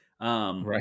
Right